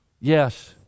Yes